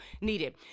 needed